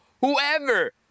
whoever